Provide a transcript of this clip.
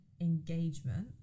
engagement